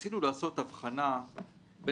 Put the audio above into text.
הם לא יכולים, כי זה העולם.